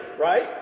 right